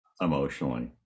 emotionally